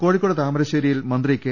കോഴിക്കോട് താമരശ്ശേരിയിൽ മന്ത്രി കെ